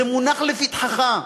זה מונח לפתחך.